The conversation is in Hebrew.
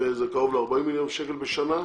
וזה קרוב ל-40 מיליון שקל בשנה.